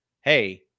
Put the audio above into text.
Hey